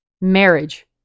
marriage